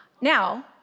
Now